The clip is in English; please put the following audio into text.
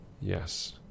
Yes